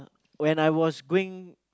when I was going